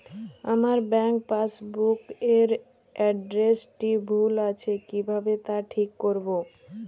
আমার bank passbook এর এড্রেসটি ভুল আছে কিভাবে তা ঠিক করবো?